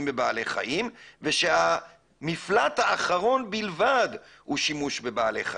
בבעלי חיים ושהמפלט האחרון בלבד הוא שימוש בבעלי חיים.